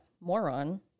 Moron